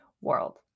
world